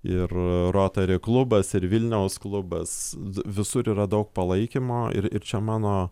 ir rotari klubas ir vilniaus klubas visur yra daug palaikymo ir ir čia mano